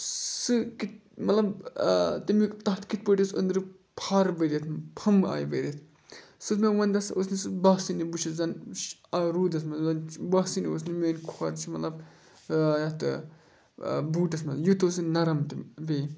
سُہ کِتھ مطلب تمیُک تَتھ کِتھ پٲٹھۍ ٲسۍ أنٛدرٕ فَر بٔرِتھ پھَمب آے بٔرِتھ سُہ اوس مےٚ وَندَس اوس نہٕ سُہ باسٲنی بہٕ چھُس زَن روٗدَس منٛز زَن باسٲنی اوس نہٕ میٲنۍ کھۄر چھِ مطلب یَتھ بوٗٹَس منٛز یُتھ اوس نَرٕم تہِ بیٚیہِ